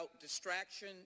distraction